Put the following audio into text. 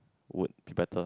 would be better